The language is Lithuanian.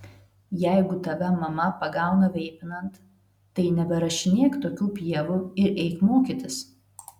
jeigu tave mama pagauna veipinant tai neberašinėk tokių pievų ir eik mokytis